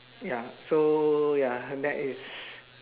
ya so ya that is